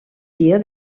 dia